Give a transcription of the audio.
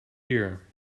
here